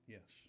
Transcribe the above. Yes